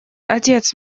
отец